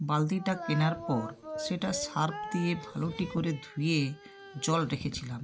বালতিটা কেনার পর সেটা সার্ফ দিয়ে ভালোটি করে ধুয়ে জল রেখেছিলাম